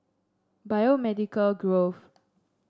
Biomedical Grove